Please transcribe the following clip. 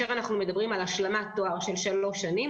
אנחנו מדברים על השלמת תואר במשך שלוש שנים,